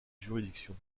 juridiction